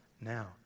now